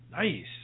Nice